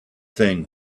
thing